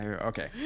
okay